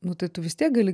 nu tai tu vis tiek gali